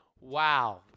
Wow